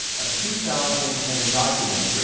a two thousand and ten documentary